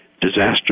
disaster